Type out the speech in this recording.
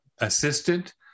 assistant